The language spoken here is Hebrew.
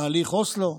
תהליך אוסלו,